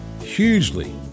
hugely